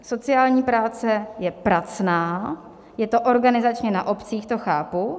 Sociální práce je pracná, je to organizačně na obcích, to chápu.